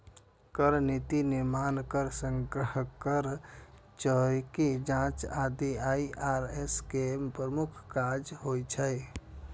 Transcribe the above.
कर नीतिक निर्माण, कर संग्रह, कर चोरीक जांच आदि आई.आर.एस के प्रमुख काज होइ छै